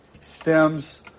stems